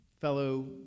fellow